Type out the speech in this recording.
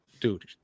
Dude